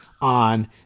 on